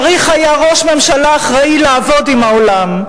צריך היה ראש ממשלה אחראי לעבוד עם העולם,